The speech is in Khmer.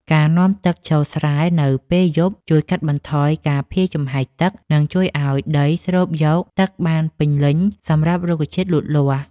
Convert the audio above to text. ការនាំទឹកចូលស្រែនៅពេលយប់ជួយកាត់បន្ថយការភាយចំហាយទឹក និងជួយឱ្យដីស្រូបយកទឹកបានពេញលេញសម្រាប់រុក្ខជាតិលូតលាស់។